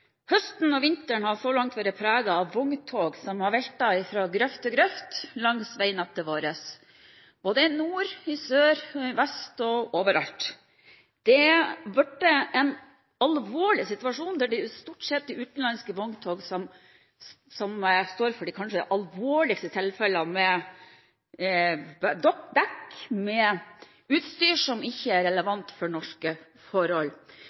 Høsten og vinteren har så langt vært preget av vogntog som har veltet fra grøft til grøft langs veinettet vårt – både i nord, i sør, i vest og over alt. Det har blitt en alvorlig situasjon der det stort sett er utenlandske vogntog som står for de kanskje alvorligste tilfellene, med dekk og utstyr som ikke er relevant for norske forhold.